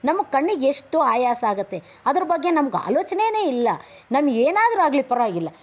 ನಮ್ಮ ಕಣ್ಣಿಗೆ ಎಷ್ಟು ಆಯಾಸ ಆಗುತ್ತೆ ಅದರ ಬಗ್ಗೆ ನಮಗೆ ಆಲೋಚನೆಯೇ ಇಲ್ಲ ನಮಗೇನಾದ್ರೂ ಆಗಲಿ ಪರವಾಗಿಲ್ಲ